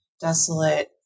desolate